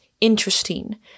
interesting